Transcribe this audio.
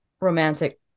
romantic